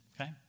Okay